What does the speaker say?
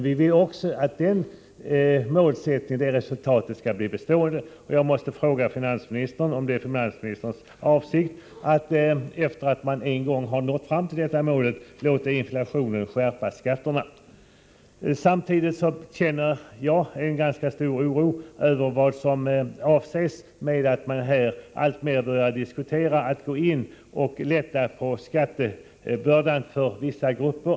Vi vill dessutom att det resultatet skall bli bestående, och jag måste fråga om det är finansministerns avsikt att sedan detta mål en gång nåtts låta inflationen skärpa skatterna. Samtidigt känner jag en ganska stark oro över vad som avses när man alltmer börjar diskutera att gå in och lätta på skattebördan för vissa grupper.